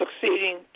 succeeding